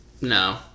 No